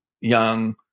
young